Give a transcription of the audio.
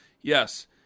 Yes